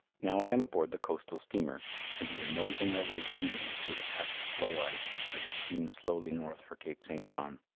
now i am aboard the coastal steamer and we are nosing our way gingerly through the packed floe ice, as we steam slowly north for cape st. john.